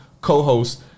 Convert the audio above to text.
co-host